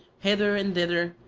hither and thither,